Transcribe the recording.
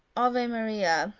ave maria!